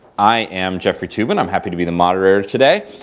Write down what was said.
i am jeffrey toobin. i'm happy to be the moderator today.